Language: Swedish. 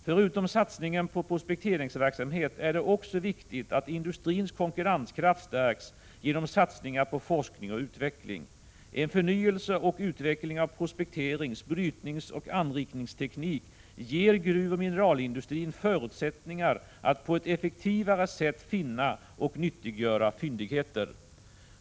Förutom satsningen på prospekteringsverksamhet är det också viktigt att industrins konkurrenskraft stärks genom satsningar på forskning och utveckling. En förnyelse och utveckling av prospekterings-, brytningsoch anrikningsteknik ger gruvoch mineralindustrin förutsättningar att på ett effektivare sätt finna och nyttiggöra fyndigheter.